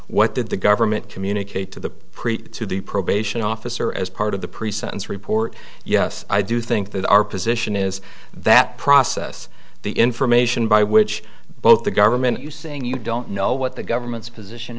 what did the government communicate to preach to the probation officer as part of the pre sentence report yes i do think that our position is that process the information by which both the government you saying you don't know what the government's position